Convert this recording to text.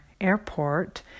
airport